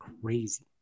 crazy